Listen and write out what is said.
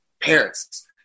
parents